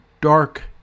dark